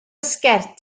sgert